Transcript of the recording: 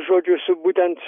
žodžiu su būtent